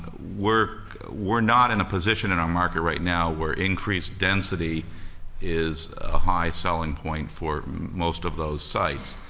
we're we're not in a position in our market right now where increased density is a high selling point for most of those sites.